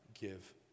give